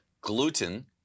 gluten